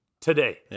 today